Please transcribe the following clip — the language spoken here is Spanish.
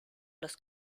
los